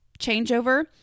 changeover